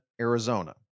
Arizona